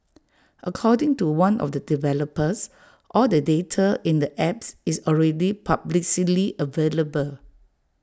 according to one of the developers all the data in the apps is already publicly available